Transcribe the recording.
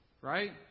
Right